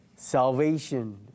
Salvation